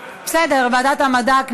ועדת המדע.